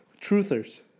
truthers